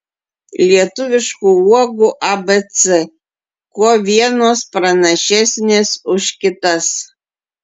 lietuviškų uogų abc kuo vienos pranašesnės už kitas